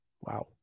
Wow